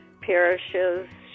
parishes